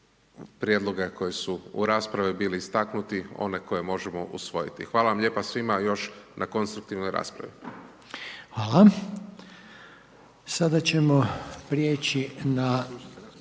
prijedloge koji su u raspravi bili istaknuti, one koje možemo usvojiti. Hvala vam lijepa svima još na konstruktivnoj raspravi. **Reiner, Željko (HDZ)** Hvala.